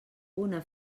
una